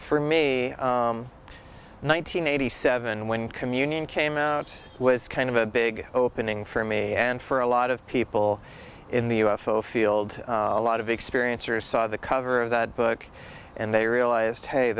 for me one nine hundred eighty seven when communion came out was kind of a big opening for me and for a lot of people in the u f o field a lot of experience or saw the cover of that book and they realized hey